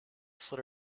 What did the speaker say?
slid